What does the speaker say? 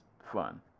fun